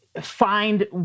find